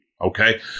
Okay